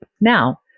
now